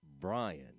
Brian